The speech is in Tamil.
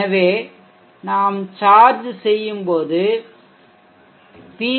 எனவே நாம் சார்ஜ் செய்யும்போது பி